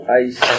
ice